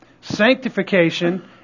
sanctification